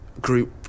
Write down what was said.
group